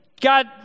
God